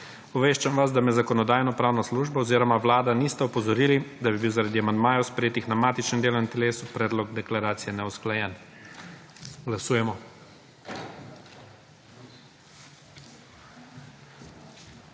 Obveščam vas, da me Zakonodajno-pravna služba oziroma Vlada nista opozorili, da bi bil, zaradi amandmaja sprejetih na matičnem delovnem telesu predlog deklaracije neusklajen. Glasujemo.